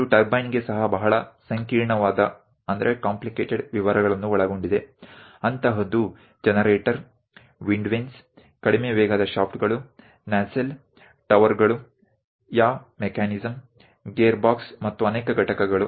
તેમાં turbine generator wind vane low speed shaft nacelle towers yaw mechanism gearbox અને ઘણા બધા એકમો માટે પણ ખૂબ જટિલ વિગતો છે